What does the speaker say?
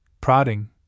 prodding